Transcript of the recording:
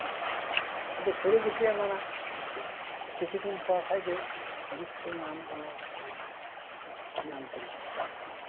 ᱟᱫᱚ ᱠᱤᱪᱷᱩ ᱫᱤᱱ ᱯᱚᱨ ᱪᱮᱫ ᱮᱢ ᱢᱮᱱᱟ ᱞᱤᱥᱴ ᱨᱮ ᱱᱟᱢ ᱩᱰᱩᱠᱮᱱ ᱛᱤᱧᱟ ᱧᱟᱢ ᱠᱮᱫᱟᱧ